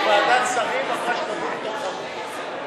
כי ועדת השרים אמרה שתדון בתוך חודש.